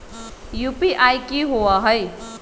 UPI कि होअ हई?